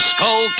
Skull